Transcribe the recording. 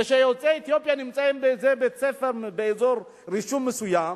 כשיוצאי אתיופיה נמצאים באזור רישום מסוים,